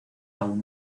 aún